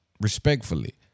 respectfully